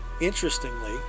Interestingly